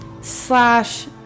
Slash